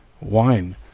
wine